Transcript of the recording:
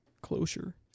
closure